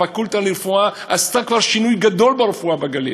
הפקולטה לרפואה עשתה כבר שינוי גדול ברפואה בגליל.